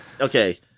Okay